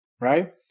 right